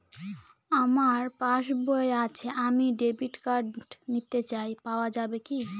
আমার পাসবই আছে আমি ডেবিট কার্ড নিতে চাই পাওয়া যাবে কি?